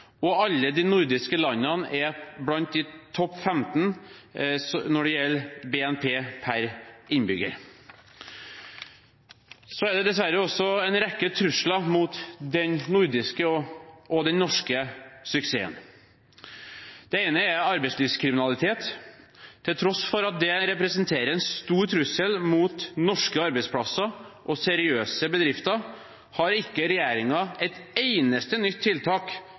og alle de nordiske landene er blant topp 15 når det gjelder BNP per innbygger. Så er det dessverre også en rekke trusler mot den nordiske og den norske suksessen. Det ene er arbeidslivskriminalitet. Til tross for at det representerer en stor trussel mot norske arbeidsplasser og seriøse bedrifter, har ikke regjeringen et eneste nytt tiltak